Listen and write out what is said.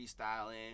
freestyling